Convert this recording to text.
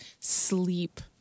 sleep